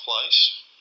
place